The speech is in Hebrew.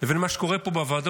לבין מה שקורה פה בוועדות,